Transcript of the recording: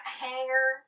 hanger